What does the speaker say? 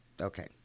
Okay